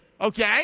okay